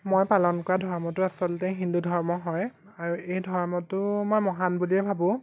মই পালন কৰা ধৰ্মটো আচলতে হিন্দু ধৰ্ম হয় আৰু এই ধৰ্মটো মই মহান বুলিয়ে ভাবোঁ